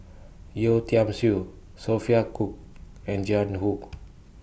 Yeo Tiam Siew Sophia Cooke and Jiang Hu